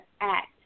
act